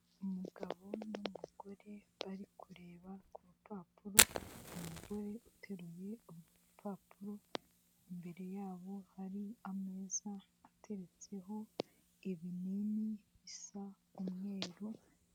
Umugabo n'umugore bari kureba ku rupapuro, umugore uteruye urupapuro, imbere yabo hari ameza ateretseho ibinini bisa umweru.